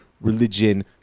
religion